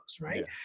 right